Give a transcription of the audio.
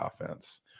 offense